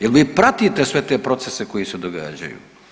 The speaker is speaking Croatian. Jel vi pratite sve te procese koji se događaju?